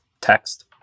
text